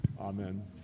Amen